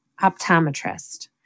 optometrist